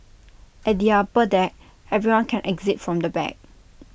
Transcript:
at the upper deck everyone can exit from the back